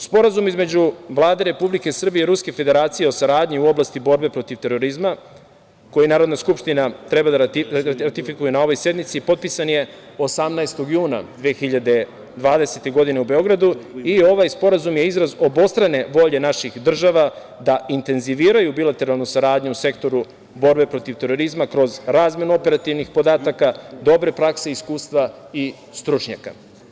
Sporazum između Vlade Republike Srbije i Ruske Federacije o saradnji u oblasti borbe protiv terorizma, koji Narodna skupština treba da ratifikuje na ovoj sednici, potpisan je 18. juna 2020. godine u Beogradu, i ovaj sporazum je izraz obostrane volje naših država da intenziviraju bilateralnu saradnju u sektoru borbe protiv terorizma kroz razmenu operativnih podataka, dobre prakse, iskustva i stručnjaka.